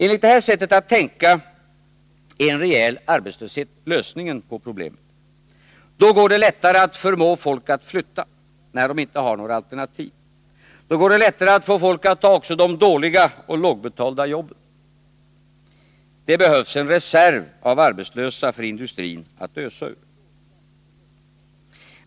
Enligt det här sättet att tänka är en rejäl arbetslöshet lösningen på problemet. Då går det lättare att förmå människor att flytta, när de inte har några alternativ. Då går det lättare att få folk att ta också de dåliga och lågbetalda jobben. Det behövs en reserv av arbetslösa för industrin att ösa ur.